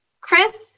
Chris